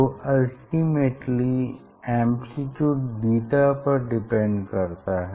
तो ultimately amplitude beta पर depend करता है